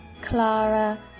Clara